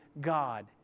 God